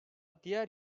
diğer